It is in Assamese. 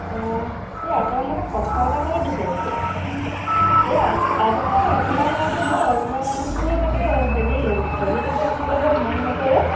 অঁ এই আপোনাক মানে কথা এটা ক'ব বিচাৰিছোঁ এই আজিকালি আপোনাৰ ল'ৰাটো বৰ অন্যমনস্ক হৈ থাকে হেৰি ছবি টবি আঁকিবলৈ বৰ মন নকৰে